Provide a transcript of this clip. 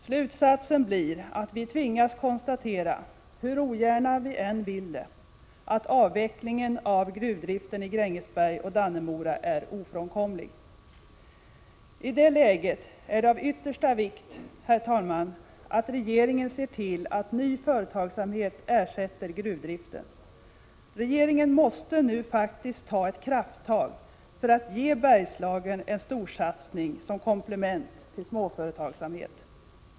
Slutsatsen blir att vi tvingas konstatera — hur ogärna vi än vill — att avvecklingen av gruvdriften i Grängesberg och Dannemora är ofrånkomlig. I det läget är det av yttersta vikt, herr talman, att regeringen ser till att ny företagsamhet ersätter gruvdriften. Regeringen måste nu faktiskt ta ett krafttag för att ge Bergslagen en storsatsning som komplement till småföretagsamhet.